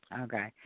Okay